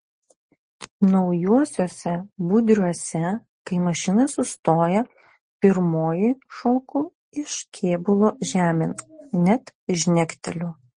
naujuosiuose budriuose kai mašina sustoja pirmoji šoku iš kėbulo žemėn net žnekteliu